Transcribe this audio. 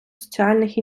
соціальних